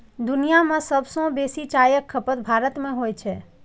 दुनिया मे सबसं बेसी चायक खपत भारत मे होइ छै